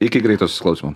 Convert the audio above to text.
iki greito susiklausymo